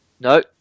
No